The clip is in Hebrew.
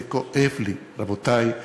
זה כואב לי, רבותי.